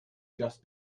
just